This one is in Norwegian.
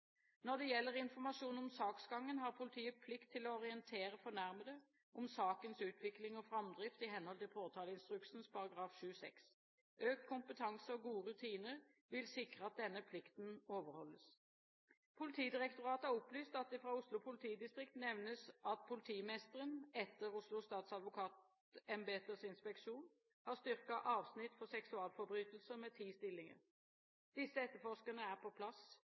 Når det gjelder informasjon om saksgangen, har politiet plikt til å orientere fornærmede om sakens utvikling og framdrift, i henhold til påtaleinstruksens § 7-6. Økt kompetanse og gode rutiner vil sikre at denne plikten overholdes. Politidirektoratet har opplyst at det fra Oslo politidistrikt nevnes at politimesteren, etter Oslo statsadvokatembeters inspeksjon, har styrket avsnitt for seksualforbrytelser med ti stillinger. Disse etterforskerne er på plass.